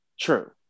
True